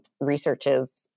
researches